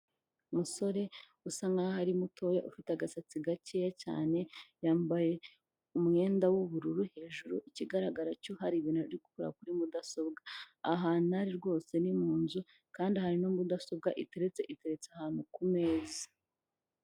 Umusore usa nkaho ari mutoya ufite agasatsi gakeya cyane, yambaye umwenda w'ubururu hejuru ikigaragara cyo hari ibintu arimo gukorera kuri mudasobwa. Ahantu ari rwose ni mu nzu kandi harimo mudasobwa iteretse, iteretse ahantu ku meza .